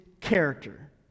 character